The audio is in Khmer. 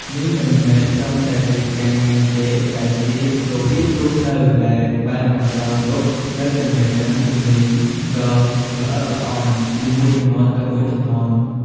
នេះមិនមែនត្រឹមតែជាការងារទេ តែជារបៀបរស់នៅដែលបានបន្សល់ទុកនូវចំណេះដឹងជំនាញដ៏ល្អិតល្អន់ពីមួយជំនាន់ទៅមួយជំនាន់។